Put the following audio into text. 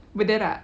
berderak